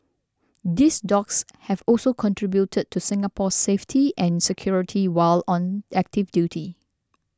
these dogs have also contributed to Singapore's safety and security while on active duty